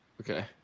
Okay